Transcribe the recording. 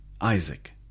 Isaac